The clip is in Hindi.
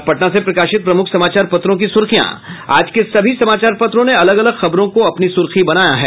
अब पटना से प्रकाशित प्रमुख समाचार पत्रों की सुर्खियां आज के सभी समाचार पत्रों ने अलग अलग खबरों को अपनी सुर्खी बनायी है